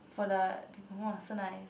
for the people !wah! so nice